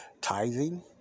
Tithing